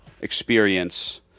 experience